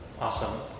Awesome